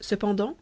cependant